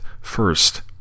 First